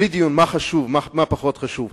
בלי דיון על מה חשוב ומה פחות חשוב,